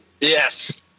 Yes